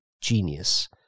genius